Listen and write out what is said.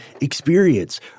experience